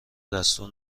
دستور